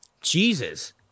Jesus